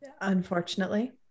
Unfortunately